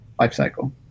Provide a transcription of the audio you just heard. lifecycle